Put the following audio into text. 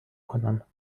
کنم